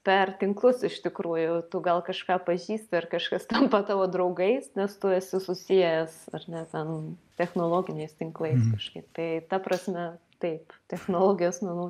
per tinklus iš tikrųjų tu gal kažką pažįsti ar kažkas tampa tavo draugais nes tu esi susijęs ar ne ten technologiniais tinklais kažkaip tai ta prasme taip technologijos manau